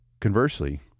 Conversely